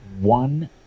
one